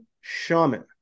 Shaman